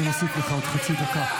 אני אוסיף לך עוד חצי דקה.